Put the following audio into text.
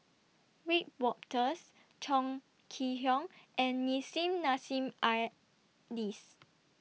Wiebe Wolters Chong Kee Hiong and Nissim Nassim Adis